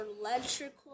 electrical